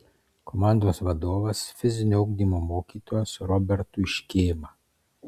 komandos vadovas fizinio ugdymo mokytojas robertui škėma